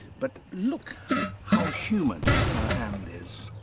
but look how human hand is.